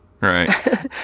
right